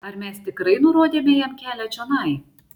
ar mes tikrai nurodėme jam kelią čionai